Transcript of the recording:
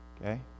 okay